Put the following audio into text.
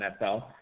NFL